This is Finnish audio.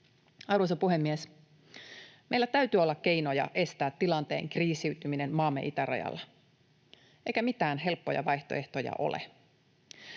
Arvoisa puhemies! Meillä täytyy olla keinoja estää tilanteen kriisiytyminen maamme itärajalla, eikä mitään helppoja vaihtoehtoja ole.